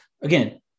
again